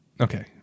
Okay